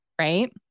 right